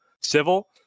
civil